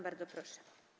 Bardzo proszę.